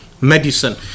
medicine